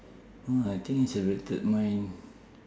oh I think we celebrated mine